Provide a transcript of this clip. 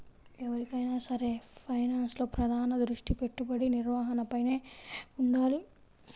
ఎవరికైనా సరే ఫైనాన్స్లో ప్రధాన దృష్టి పెట్టుబడి నిర్వహణపైనే వుండాలి